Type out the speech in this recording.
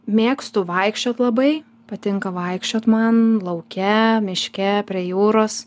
mėgstu vaikščiot labai patinka vaikščiot man lauke miške prie jūros